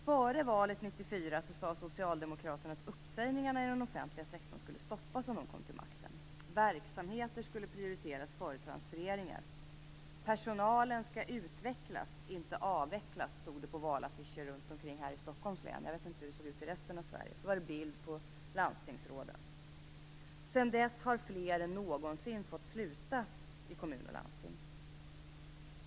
Före valet 1994 sade socialdemokraterna att uppsägningarna i den offentliga sektorn skulle stoppas om de kom till makten. Verksamheter skulle prioriteras före transfereringar. Personalen skall få utvecklas, inte avvecklas stod det på valaffischer i Stockholms län. Jag vet inte hur det var i resten av landet. Så var det bild på landstingsråd. Sedan dess har fler än någonsin fått sluta i kommuner och landsting.